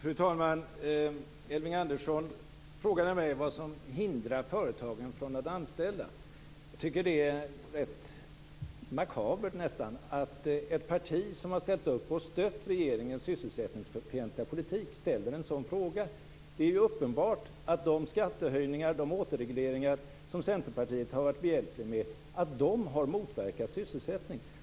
Fru talman! Elving Andersson frågade mig vad som hindrar företagen att anställa. Jag tycker att det är rätt makabert att ett parti som har stött regeringens sysselsättningsfientliga politik ställer en sådan fråga. Det är uppenbart att de skattehöjningar och återregleringar som Centerpartiet har varit behjälpligt med har motverkat sysselsättningen.